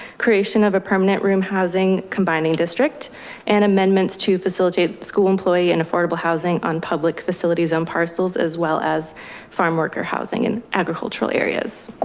creation of a permanent room housing combining district and amendments to facilitate school employee and affordable housing on public facilities on parcels as well as farm worker housing and agricultural areas.